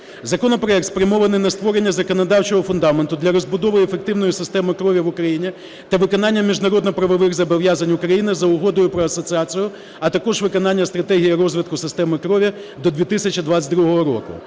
Законопроект спрямований на створення законодавчого фундаменту для розбудови ефективної системи крові в Україні та виконання міжнародно-правових зобов'язань України за Угодою про асоціацію, а також виконання стратегії розвитку системи крові до 2022 року.